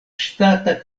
ŝtata